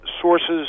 sources